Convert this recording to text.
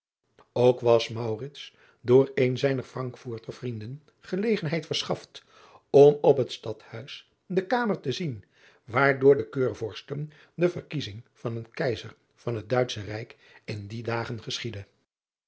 ok was door een zijner rankfofter vrienden gelegenheid verschaft om op het tadhuis de kamer te zien waar door de eurvorsten de verkiezing van een eizer van het uitsche ijk in die dagen geschiedde